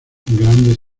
grandes